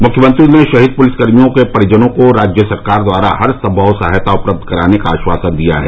मुख्यमंत्री ने शहीद पुलिसकर्मियों के परिजनों को राज्य सरकार द्वारा हर सम्भव सहायता उपलब्ध कराने का आश्वासन दिया है